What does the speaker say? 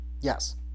Yes